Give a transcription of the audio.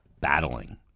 battling